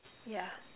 ya